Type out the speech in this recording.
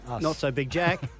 not-so-big-Jack